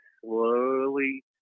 slowly